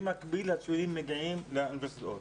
במקביל הציונים מגיעים לאוניברסיטאות.